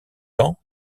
temps